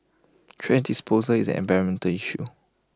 thrash disposal is an environmental issue